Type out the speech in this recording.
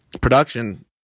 production